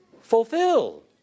fulfill